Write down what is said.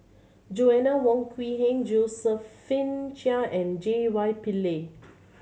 Joanna Wong Quee Heng Josephine Chia and J Y Pillay